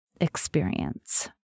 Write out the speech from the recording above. experience